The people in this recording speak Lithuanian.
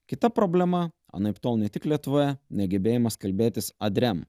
kita problema anaiptol ne tik lietuvoje negebėjimas kalbėtis adrem